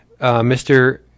Mr